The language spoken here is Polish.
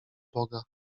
boga